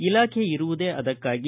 ಇಲಾಖೆ ಇರುವುದೇ ಅದಕ್ಕಾಗಿ